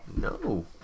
No